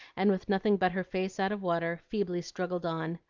and with nothing but her face out of water, feebly struggled on.